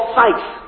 faith